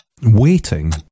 Waiting